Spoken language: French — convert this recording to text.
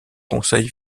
conseil